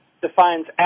defines